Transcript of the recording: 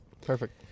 Perfect